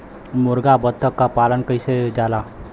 मुरगा बत्तख क पालन कइल जाला